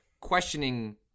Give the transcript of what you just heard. questioning